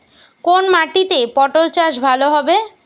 কোন মাটিতে পটল চাষ ভালো হবে?